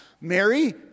Mary